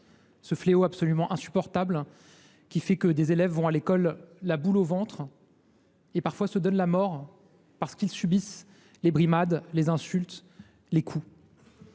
Ce fléau est absolument insupportable : des élèves vont à l’école la boule au ventre, parfois ils se donnent la mort, parce qu’ils subissent des brimades, des insultes, des coups.